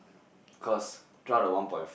cause throughout the one point